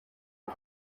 but